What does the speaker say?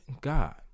God